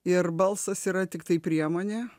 ir balsas yra tiktai priemonė